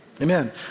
Amen